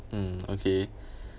mm okay